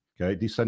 Okay